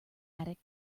attic